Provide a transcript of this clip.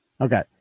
Okay